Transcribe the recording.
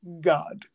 God